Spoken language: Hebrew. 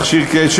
מכשיר קשר,